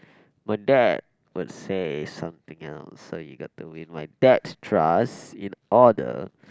my dad would say something else so you got to win my dad's trust in all the